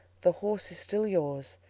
the horse is still yours,